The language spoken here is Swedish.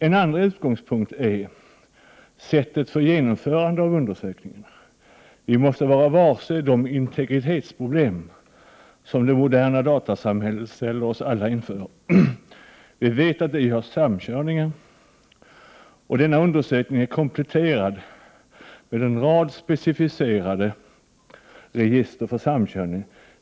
En andra utgångspunkt är sättet för genomförandet av undersökningen. Vi måste vara varse de integritetsproblem som det moderna datasamhället ställer oss alla inför. Vi vet att det görs samkörningar. Denna undersökning är kompletterad med en rad specificerade register för samkörning.